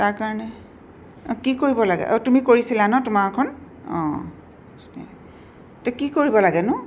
তাৰ কাৰণে কি কৰিব লাগে অঁ তুমি কৰিছিলা ন তোমাৰখন অঁ ত' কি কৰিব লাগেনো